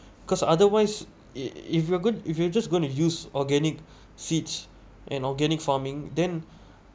because otherwise it if you are gonna if you just gonna to use organic seeds and organic farming then